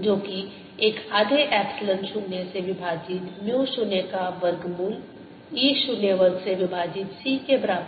जो कि एक आधे एप्सिलॉन 0 से विभाजित म्यू 0 का वर्गमूल e 0 वर्ग से विभाजित c के बराबर होगा